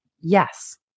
Yes